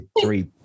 three